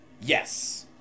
Yes